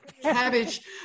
Cabbage